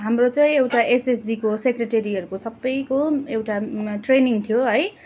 हाम्रो चाहिँ एउटा एसएचजिको सेक्रेटरीहरूको सबैको एउटा ट्रेनिङ थियो है